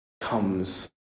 comes